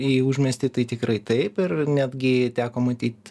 į užmiestį tai tikrai taip ir netgi teko matyt